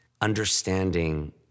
understanding